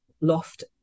loft